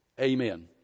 Amen